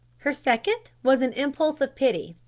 her second was an impulse of pity.